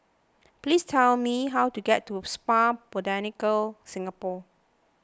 please tell me how to get to a Spa Botanica Singapore